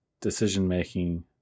decision-making